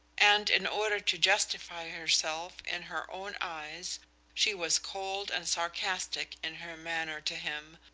and in order to justify herself in her own eyes she was cold and sarcastic in her manner to him,